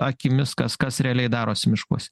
akimis kas kas realiai darosi miškuose